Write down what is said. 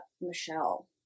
Michelle